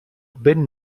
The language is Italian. ben